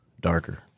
Darker